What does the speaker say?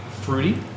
fruity